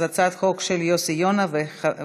אז הצעת חוק של יוסי יונה וגפני.